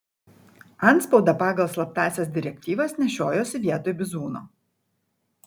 antspaudą pagal slaptąsias direktyvas nešiojosi vietoj bizūno